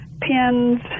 pins